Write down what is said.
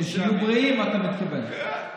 שיהיו בריאים, אתה מתכוון.